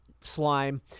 slime